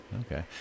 Okay